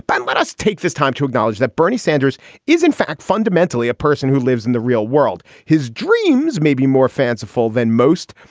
but and let us take this time to acknowledge that bernie sanders is, in fact, fundamentally a person who lives in the real world. his dreams may be more fanciful than most.